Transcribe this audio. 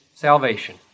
salvation